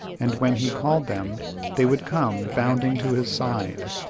and when he called them they would come bounding to his side.